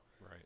Right